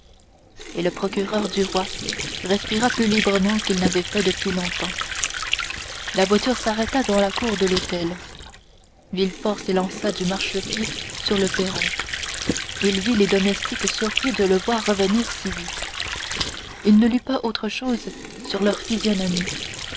et le procureur du roi respira plus librement qu'il n'avait fait depuis longtemps la voiture s'arrêta dans la cour de l'hôtel villefort s'élança du marchepied sur le perron il vit les domestiques surpris de le voir revenir si vite il ne lut pas autre chose sur leur physionomie